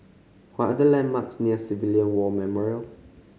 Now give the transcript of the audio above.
what the landmarks near Civilian War Memorial